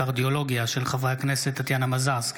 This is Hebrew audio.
של חברי הכנסת טטיאנה מזרסקי,